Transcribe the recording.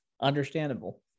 understandable